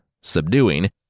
subduing